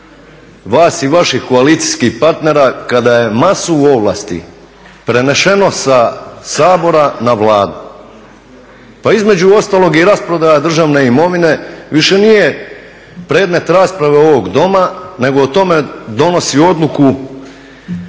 vas i vaših koalicijskih partnera kada je masu ovlasti preneseno sa Sabora na Vladu. Pa između ostalog i rasprodaja državne imovine više nije predmet rasprave ovog Doma, nego o tome donosi odluku,